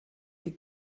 die